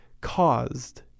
caused